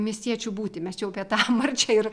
miestiečių būtį mes čia jau apie tą marčią ir